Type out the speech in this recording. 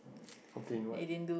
complain what